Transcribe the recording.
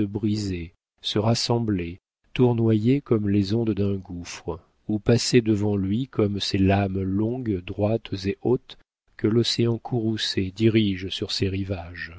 brisaient se rassemblaient tournoyaient comme les ondes d'un gouffre ou passaient devant lui comme ces lames longues droites et hautes que l'océan courroucé dirige sur ses rivages